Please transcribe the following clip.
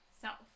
self